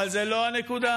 אבל זו לא הנקודה,